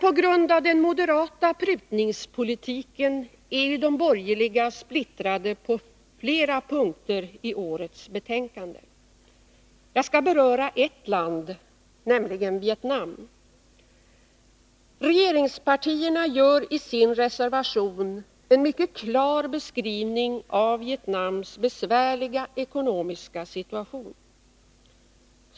På grund av den moderata prutningspolitiken är de borgerliga splittrade på flera punkter i årets betänkande. Jag skall beröra ett land, nämligen Vietnam. Regeringspartierna gör i sin reservation en mycket klar beskrivning av Vietnams besvärliga ekonomiska situation.